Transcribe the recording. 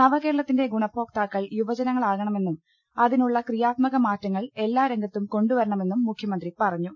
നവകേരളത്തിന്റെ ഗുണഭോക്താക്കൾ യുവജനങ്ങളാകണ മെന്നും അതിനുള്ള ക്രിയാത്മക മാറ്റങ്ങൾ എല്ലാരംഗത്തും കൊണ്ടു വരണമെന്നും മുഖ്യമന്ത്രി പറഞ്ഞു